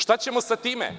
Šta ćemo sa time?